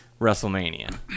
WrestleMania